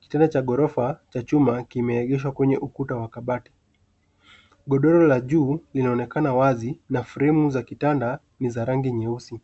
Kitanda cha ghorofa cha chuma kimeegeshwa kwenye ukuta wa kabati. Godoro la juu linaonekana wazi na fremu za kitanda ni za rangi nyeusi.